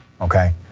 okay